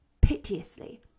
piteously